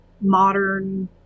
modern